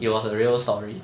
it was a real story